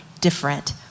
different